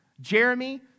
Jeremy